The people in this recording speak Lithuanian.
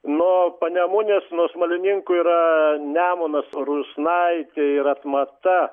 nuo panemunės nuo smalininkų yra nemunas rusnaitė ir atmata